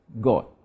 God